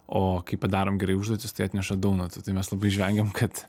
o kai padarom gerai užduotis tai atneša dounotų tai mes labai žvengėm kad